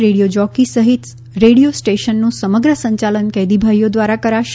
radio jockey સહિત radio સ્ટેશનનું સમગ્ર સંચાલન કેદીભાઈઓ દ્વારા કરાશે